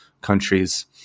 countries